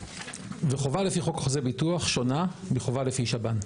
וחובה לפי חוק חוזה ביטוח שונה מחובה לפי שב"ן.